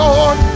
Lord